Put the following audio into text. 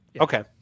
Okay